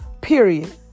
period